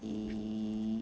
mm